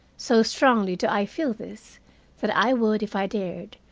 so strongly do i feel this that i would, if i dared,